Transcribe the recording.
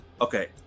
Okay